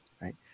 right